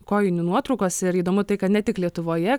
kojinių nuotraukos ir įdomu tai kad ne tik lietuvoje